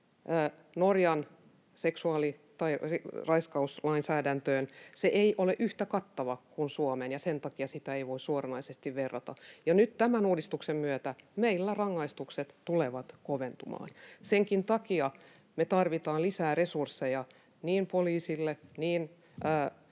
Norjassa taas raiskauslainsäädäntö ei ole yhtä kattava kuin Suomen, ja sen takia sitä ei voi suoranaisesti verrata. Nyt tämän uudistuksen myötä meillä rangaistukset tulevat koventumaan. Senkin takia me tarvitaan lisää resursseja niin poliisille, niin